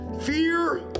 fear